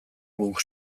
guk